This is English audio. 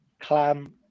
Clam